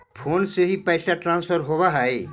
Phone से भी पैसा ट्रांसफर होवहै?